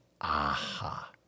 aha